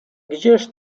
gdzież